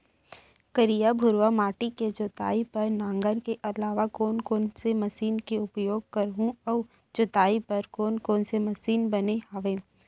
करिया, भुरवा माटी के जोताई बर नांगर के अलावा कोन कोन से मशीन के उपयोग करहुं अऊ जोताई बर कोन कोन से मशीन बने हावे?